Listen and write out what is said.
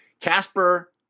Casper